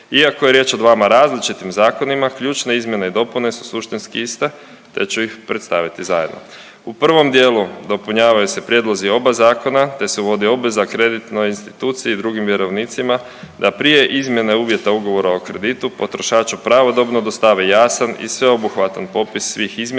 Iako je riječ o dvama različitim zakonima ključne izmjene i dopune su suštinski iste, te ću ih predstaviti zajedno. U prvom dijelu dopunjavaju se prijedlozi oba zakona, te se uvodi obveza kreditnoj instituciji i drugim vjerovnicima da prije izmjene uvjeta ugovora o kreditu potrošaču pravodobno dostave jasan i sveobuhvatan popis svih izmjena,